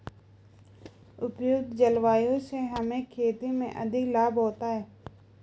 उपयुक्त जलवायु से हमें खेती में अधिक लाभ होता है